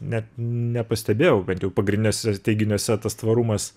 net nepastebėjau bent jau pagrindiniuose teiginiuose tas tvarumas